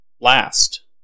last